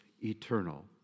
eternal